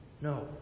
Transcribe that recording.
No